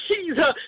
Jesus